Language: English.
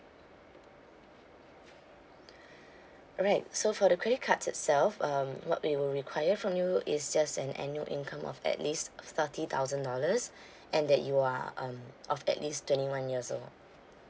alright so for the credit cards itself um what we will require from you is just an annual income of at least thirty thousand dollars and that you are um of at least twenty one years old